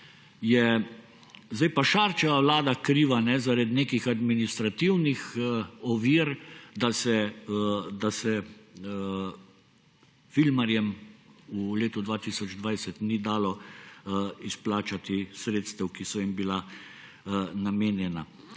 je Šarčeva vlada kriva zaradi nekih administrativnih ovir, da se filmarjem v letu 2020 ni dalo izplačati sredstev, ki so jim bila namenjena.